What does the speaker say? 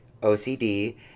OCD